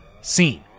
scene